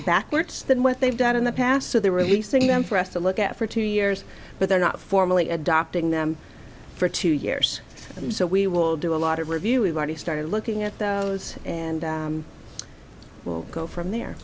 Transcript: backwards than what they've done in the past so they're releasing them for us to look at for two years but they're not formally adopting them for two years and so we will do a lot of review we've already started looking at those and go from there